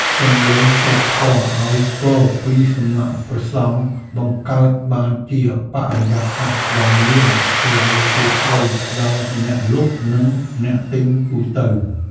សម្លេងសូត្រធម៌ឱ្យពរពីសំណាក់ព្រះសង្ឃបង្កើតបានជាបរិយាកាសដ៏មានសិរីសួស្ដីដល់អ្នកលក់ និងអ្នកទិញទូទៅ។